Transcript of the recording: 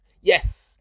yes